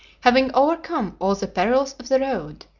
having overcome all the perils of the road,